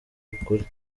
ukuri